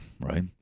right